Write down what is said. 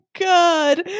God